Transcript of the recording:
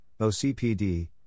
OCPD